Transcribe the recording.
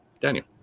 Daniel